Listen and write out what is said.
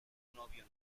novio